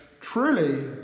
truly